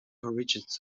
origins